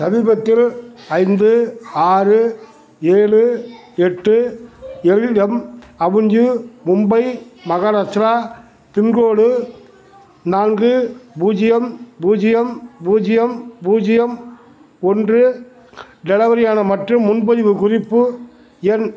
சமீபத்தில் ஐந்து ஆறு ஏழு எட்டு LM avenue Mumbai Maharashtra pincode நான்கு பூஜ்ஜியம் பூஜ்ஜியம் பூஜ்ஜியம் பூஜ்ஜியம் ஒன்று டெலவரியான மற்றும் முன்பதிவு குறிப்பு எண்